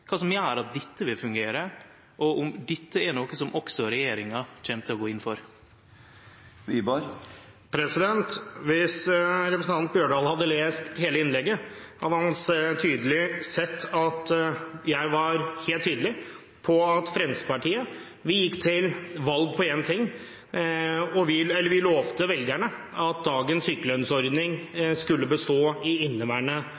som gjer at dette vil fungere, og om dette er noko som også regjeringa kjem til å gå inn for. Hvis representanten Bjørdal hadde lest hele innlegget, hadde han tydelig sett at jeg var helt tydelig på at Fremskrittspartiet lovte velgerne at dagens sykelønnsordning skulle bestå i inneværende valgperiode. Det kan godt hende at